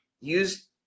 use